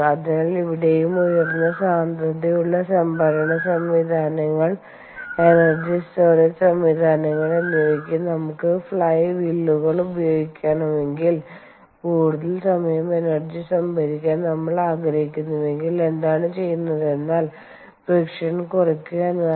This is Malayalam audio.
അതിനാൽ ഇവിടെയും ഉയർന്ന സാന്ദ്രതയുള്ള സംഭരണ സംവിധാനങ്ങൾ എനർജി സ്റ്റോറേജ് സംവിധാനങ്ങൾ എന്നിവയ്ക്കായി നമുക്ക് ഫ്ലൈ വീലുകൾ ഉപയോഗിക്കണമെങ്കിൽ കൂടുതൽ സമയം എനർജി സംഭരിക്കാൻ നമ്മൾ ആഗ്രഹിക്കുന്നുവെങ്കിൽ എന്താണ് ചെയുന്നതേനാൽ ഫ്രിക്ഷൻ കുറയ്ക്കുക എന്നതാണ്